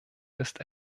ist